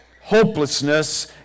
hopelessness